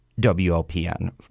WLPN